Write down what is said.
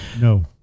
No